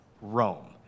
Rome